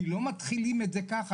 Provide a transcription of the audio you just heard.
כי לא מתחילים את זה ככה.